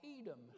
Edom